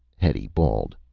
hetty bawled,